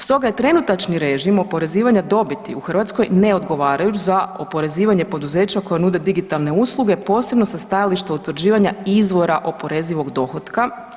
Stoga je trenutačni režim oporezivanja dobiti u Hrvatskoj neodgovarajuć za oporezivanje poduzeća koja nude digitalne usluge, posebno sa stajališta utvrđivanja izvora oporezivog dohotka.